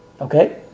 Okay